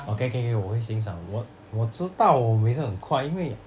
okay okay okay 我会欣赏我我知道我每次很快因为